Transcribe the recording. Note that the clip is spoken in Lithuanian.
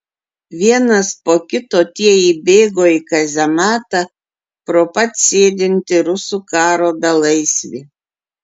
vienas po kito tie įbėgo į kazematą pro pat sėdintį rusų karo belaisvį